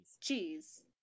Cheese